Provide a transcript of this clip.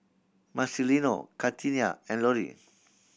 Marcelino Katina and Lorri